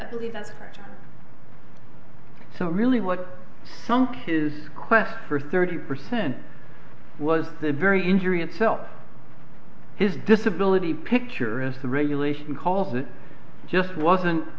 i believe that's correct so really what sunk his quest for thirty percent was the very injury and self his disability picture as the regulation calls it just wasn't